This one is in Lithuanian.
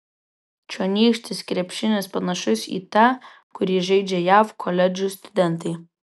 čionykštis krepšinis panašus į tą kurį žaidžia jav koledžų studentai